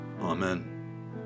Amen